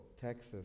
Texas